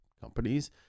companies